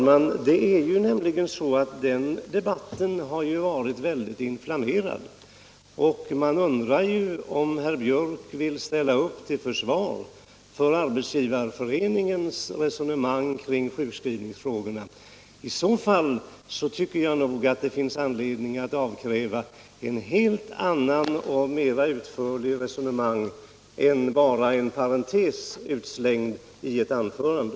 Herr talman! Den debatten har ju varit mycket inflammerad, och man undrar om herr Biörck i Värmdö vill ställa upp till försvar för Arbetsgivareföreningens ståndpunkt i denna fråga. I så fall tycker jag nog att det finns anledning att avkräva herr Biörck ett mera utförligt resonemang än vad som låg i denna parentes i hans anförande.